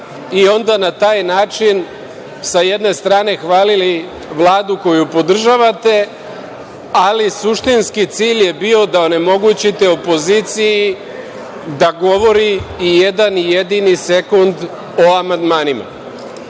i onda na taj način sa jedne strane hvalili Vladu koju podržavate, ali suštinski cilj je bio da onemogućite opoziciji da govori i jedan jedini sekund o amandmanima.